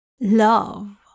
love